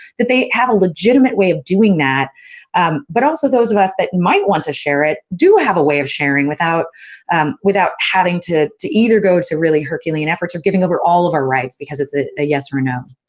that they have a legitimate way of doing that but also those of us that might want to share it do have a way of sharing without without having to to either go to really herculean efforts or giving over all of our rights because it's a yes or a no.